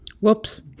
Whoops